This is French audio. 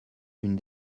une